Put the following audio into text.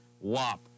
Wop